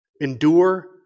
Endure